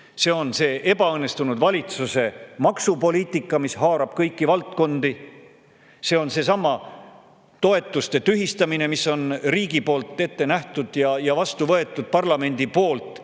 See on see ebaõnnestunud valitsuse maksupoliitika, mis haarab kõiki valdkondi. See on seesama nende toetuste tühistamine, mis on riigi poolt ette nähtud ja vastu võetud parlamendi poolt,